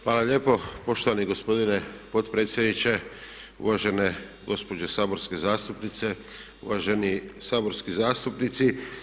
Hvala lijepo poštovani gospodine potpredsjedniče, uvažene gospođe saborske zastupnice, uvaženi saborski zastupnici.